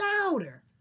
louder